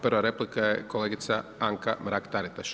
Prva replika je kolegica Anka Mrak Taritaš.